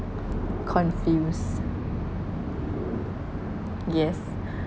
confuse yes